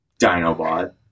Dinobot